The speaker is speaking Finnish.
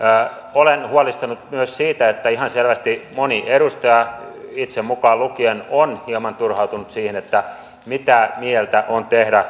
olen huolestunut myös siitä että ihan selvästi moni edustaja itseni mukaan lukien on hieman turhautunut siihen että mitä mieltä on tehdä